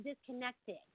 disconnected